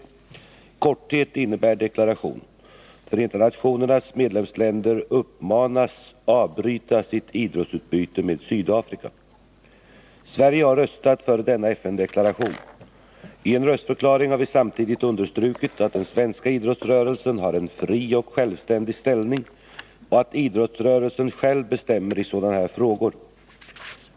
I korthet innebär deklarationen att FN:s medlemsländer uppmanas avbryta sitt idrottsutbyte med Sydafrika. Sverige har röstat för denna FN-deklaration. I en röstförklaring har vi samtidigt understrukit att den svenska idrottsrörelsen har en fri och självständig ställning och att idrottsrörelsen själv bestämmer i sådana här frågor.